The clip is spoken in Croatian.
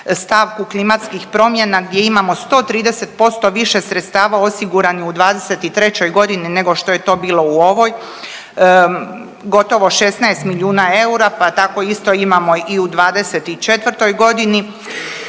stavku klimatskih promjena gdje imamo 130% više sredstava osiguranih u '23. g. nego što je to bilo u ovoj, gotovo 16 milijuna eura, pa tako isto imamo i u '24. g.